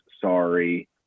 Sorry